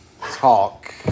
talk